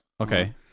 Okay